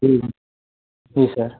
जी जी सर